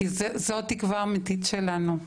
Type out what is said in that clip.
כי זאת התקווה האמיתית שלנו.